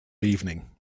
evening